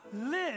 live